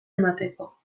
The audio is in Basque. emateko